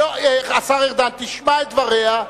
תשמע את דבריה,